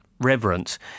reverence